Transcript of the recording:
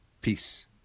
Peace